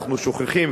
אנחנו שוכחים,